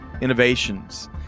innovations